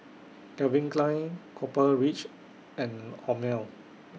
Calvin Klein Copper Ridge and Hormel